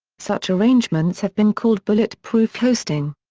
such arrangements have been called bulletproof hosting.